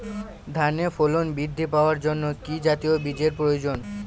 ধানে ফলন বৃদ্ধি পাওয়ার জন্য কি জাতীয় বীজের প্রয়োজন?